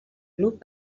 club